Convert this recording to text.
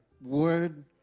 word